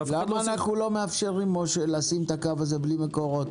למה אנחנו לא מאפשרים לשים את הקו הזה בלי מקורות?